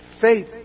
Faith